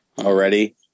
already